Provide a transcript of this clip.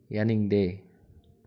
ꯌꯥꯅꯤꯡꯗꯦ